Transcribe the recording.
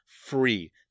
free